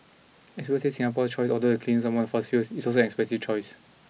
experts say Singapore choice although the cleanest among fossil fuels is also an expensive choice